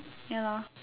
ya lor